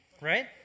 right